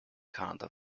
kanada